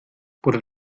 oder